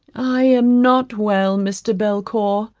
i am not well, mr. belcour,